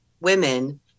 women